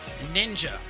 Ninja